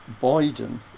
Biden